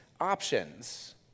options